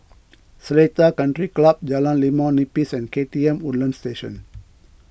Seletar Country Club Jalan Limau Nipis and K T M Woodlands Station